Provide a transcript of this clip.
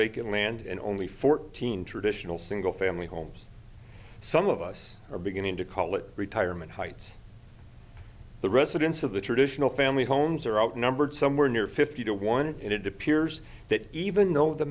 vacant land and only fourteen traditional single family homes some of us are beginning to call it retirement heights the residents of the traditional family homes are outnumbered somewhere near fifty to one in it to piers that even though the